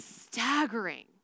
staggering